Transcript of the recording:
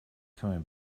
coming